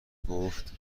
میگفت